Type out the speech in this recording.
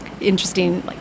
interesting